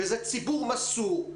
זה ציבור מסור.